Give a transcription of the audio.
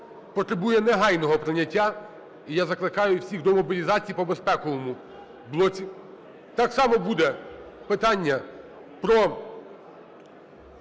потребує негайного прийняття, і я закликаю всіх до мобілізації по безпековому блоку. Так само буде питання про